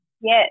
Yes